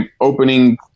opening